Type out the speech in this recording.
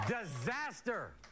Disaster